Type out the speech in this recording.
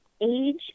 age